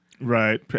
Right